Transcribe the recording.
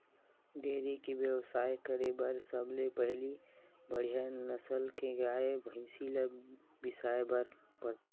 dairy के बेवसाय करे बर सबले पहिली बड़िहा नसल के गाय, भइसी ल बिसाए बर परथे